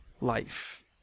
life